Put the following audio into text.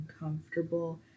uncomfortable